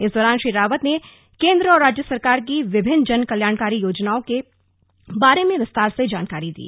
इस दौरान श्री रावत ने केंद्र और राज्य सरकार की विभिन्न जनकल्याणकारी योजनाओं के बारे में विस्तार से जानकारी दी